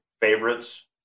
favorites